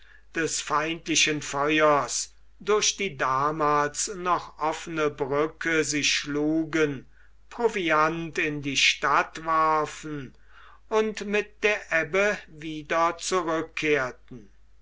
des feindlichen feuers durch die damals noch offene brücke sich schlugen proviant in die stadt warfen und mit der ebbe wieder zurückkehrten